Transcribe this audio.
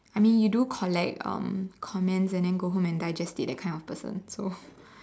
I mean you do collect um comments and then go home and digest it that kind of person so